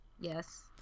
Yes